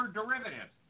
derivative